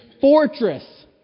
fortress